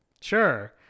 Sure